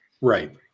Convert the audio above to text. right